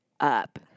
up